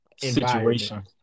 situation